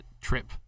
trip